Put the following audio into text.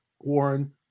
Warren